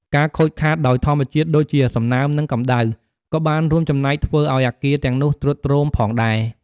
ការខូចខាតដោយធម្មជាតិដូចជា សំណើម និងកម្ដៅ ក៏បានរួមចំណែកធ្វើឱ្យអគារទាំងនោះទ្រុឌទ្រោមផងដែរ។